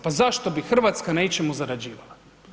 Pa zašto bi Hrvatska na ičemu zarađivala?